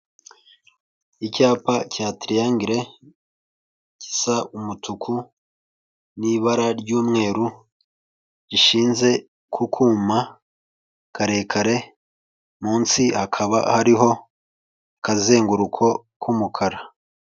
Icyapa cya tiriyangire gisa umutuku n'ibara ry'umweru, gishinze ku kuma karekare, munsi hakaba hariho akazenguruko k'umukara.